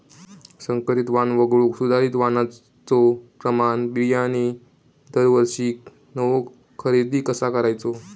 संकरित वाण वगळुक सुधारित वाणाचो प्रमाण बियाणे दरवर्षीक नवो खरेदी कसा करायचो?